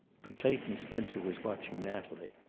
but clayton spencer was watching natalie.